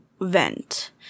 vent